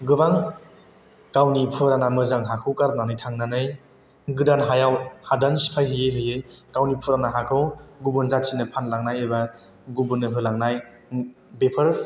गोबां गावनि फुराना मोजां हाखौ गारनानै थांनानै गोदान हायाव हादान सिफाय हैयै हैयै गावनि फुराना हाखौ गुबुन जाथिनो फानलांनाय एबा गुबुननो होलांनाय बेफोर